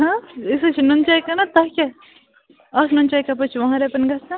ہاں أسۍ حظ چھِ نُن چاے کٕنان تۄہہِ کیٛاہ اَکھ نُن چایہِ کَپ چھُ وُہَن رۄپیَن گژھان